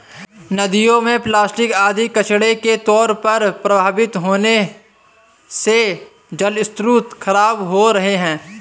नदियों में प्लास्टिक आदि कचड़ा के तौर पर प्रवाहित होने से जलस्रोत खराब हो रहे हैं